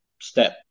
step